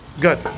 Good